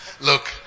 look